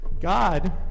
God